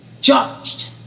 judged